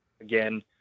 again